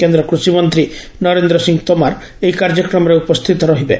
କେନ୍ଦ୍ କୃଷିମନ୍ତୀ ନରେନ୍ଦ୍ ସିଂହ ତୋମାର ଏହି କାର୍ଯ୍ୟକ୍ରମରେ ଉପସ୍ଥିତ ରହିବେ